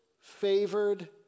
favored